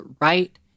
right